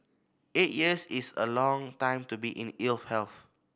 eight years is a long time to be in ill health